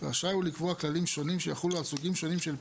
רשאי לקבוע הגבלות שיחולו על מתן הרשאה אישית לעוזר